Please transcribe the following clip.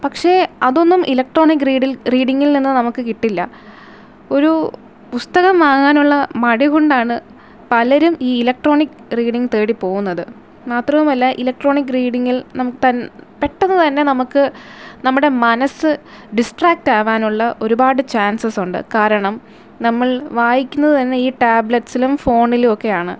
പക്ഷെ അതൊന്നും ഇലക്ട്രോണിക് റീഡിൽ റീഡിങ്ങിൽനിന്ന് നമുക്ക് കിട്ടില്ല ഒരു പുസ്തകം വാങ്ങാനുള്ള മടി കൊണ്ടാണ് പലരും ഈ ഇലക്ട്രോണിക് റീഡിങ് തേടി പോവുന്നത് മാത്രവുമല്ല ഇലക്ട്രോണിക് റീഡിങ്ങിൽ നമുക്ക് തൻ പെട്ടെന്ന് തന്നെ നമുക്ക് നമ്മുടെ മനസ്സ് ഡിസ്റ്ററാക്ട് ആവാനുള്ള ഒരുപാട് ചാൻസസ് ഉണ്ട് കാരണം നമ്മൾ വായിക്കുന്നത് തന്നെ ഈ ടാബ്ലെറ്റ്സിലും ഫോണിലും ഒക്കെയാണ്